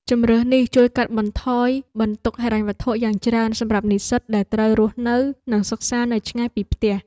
ជម្រើសនេះជួយកាត់បន្ថយបន្ទុកហិរញ្ញវត្ថុយ៉ាងច្រើនសម្រាប់និស្សិតដែលត្រូវរស់នៅនិងសិក្សានៅឆ្ងាយពីផ្ទះ។